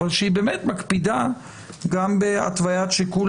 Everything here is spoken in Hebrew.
אבל שהיא מקפידה גם בהתוויית שיקול